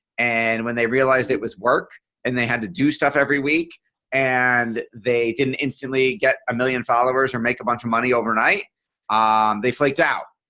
and when they realized it was work and they had to do stuff every week and they didn't instantly get a million followers or make a bunch of money overnight um they flaked out.